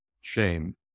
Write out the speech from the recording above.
shame